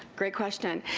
great question.